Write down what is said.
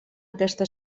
aquesta